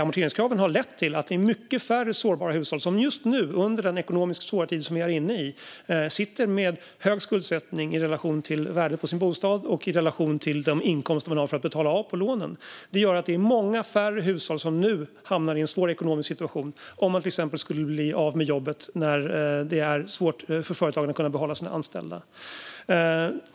Amorteringskraven har lett till att det är många färre sårbara hushåll som just nu, under den ekonomiskt svåra tid som vi är inne i, sitter med hög skuldsättning i relation till värdet på bostaden och i relation till de inkomster de har för att betala av på lånen. Det gör att det är många färre hushåll som nu hamnar i en svår ekonomisk situation om en person till exempel skulle bli av med jobbet när det är svårt för företagen att behålla sina anställda.